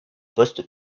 poste